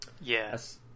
Yes